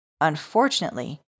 Unfortunately